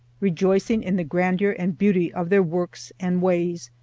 rejoicing in the grandeur and beauty of their works and ways,